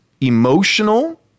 emotional